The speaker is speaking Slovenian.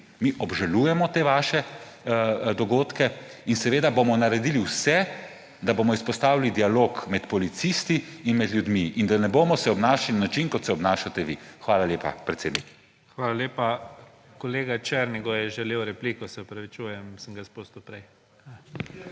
Mi obžalujemo te vaše dogodke in seveda bomo naredili vse, da bomo vzpostavili dialog med policisti in med ljudmi ter da se ne bomo obnašali na način, kot se obnašate vi. Hvala lepa, predsednik. **PREDSEDNIK IGOR ZORČIČ:** Hvala lepa. Kolega Černigoj je želel repliko. Se opravičujem, sem ga izpustil prej.